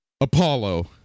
apollo